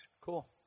cool